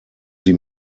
sie